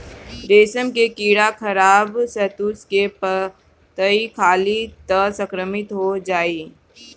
रेशम के कीड़ा खराब शहतूत के पतइ खाली त संक्रमित हो जाई